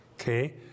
Okay